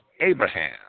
Abraham